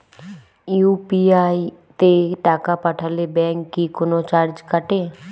UPI তে টাকা পাঠালে ব্যাংক কি কোনো চার্জ কাটে?